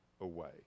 away